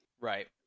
right